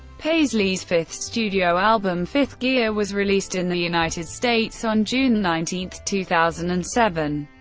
paisley's fifth studio album, fifth gear, was released in the united states on june nineteen, two thousand and seven.